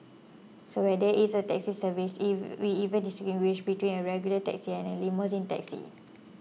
so whether it's a taxi service we even distinguish between a regular taxi and a limousine taxi